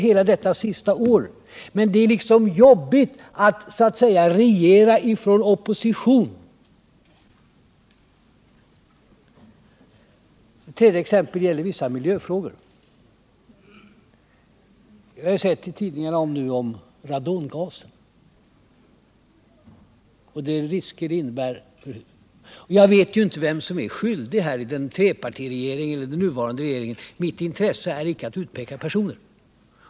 Men det är arbetsamt att så att säga regera i oppositionsställning. Det gäller vidare vissa miljöfrågor. Vi har läst i tidningarna nu om radongasen och de risker den innebär. Jag vet inte vem som är skyldig här, i trepartiregeringen eller den nuvarande regeringen. Mitt intresse är icke att utpeka personer.